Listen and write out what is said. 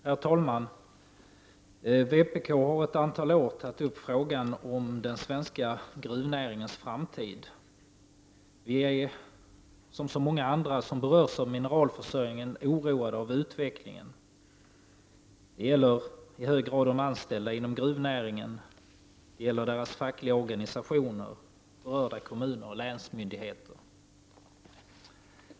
Herr talman! Vpk har under ett antal år tagit upp frågan om den svenska gruvnäringens framtid. Vi, liksom så många andra som berörs av mineralförsörjningen, är oroade av utvecklingen. Det gäller i hög grad de anställda inom gruvnäringen, deras fackliga organisationer, berörda kommuner och länsmyndigheter.